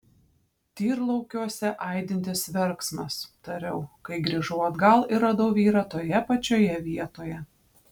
tyrlaukiuose aidintis verksmas tariau kai grįžau atgal ir radau vyrą toje pačioje vietoje